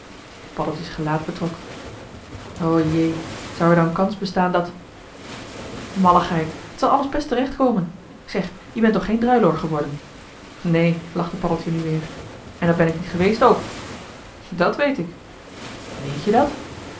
paddeltje's gelaat betrok o jee zou er dan kans bestaan dat malligheid t zal alles best terecht komen zeg je bent toch geen druiloor geworden neen lachte paddeltje nu weer en dat ben ik niet geweest ook dàt weet ik weet-je dat